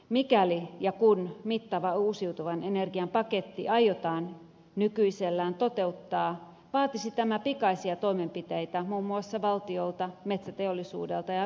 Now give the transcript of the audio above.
mikäli ja kun mittava uusiutuvan energian paketti aiotaan nykyisellään toteuttaa vaatisi tämä pikaisia toimenpiteitä muun muassa valtiolta metsäteollisuudelta ja vr yhtymältä